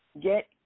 get